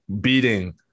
beating